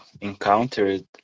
encountered